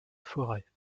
forêt